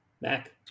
mac